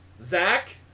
Zach